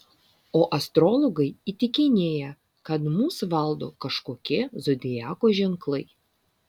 o astrologai įtikinėja kad mus valdo kažkokie zodiako ženklai